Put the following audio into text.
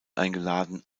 eingeladen